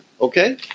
Okay